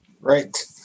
Right